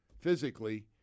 physically